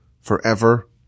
forever